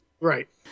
Right